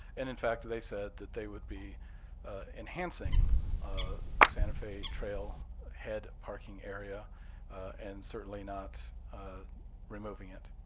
and in fact, they said that they would be enhancing the santa fe trail head parking area and certainly not removing it.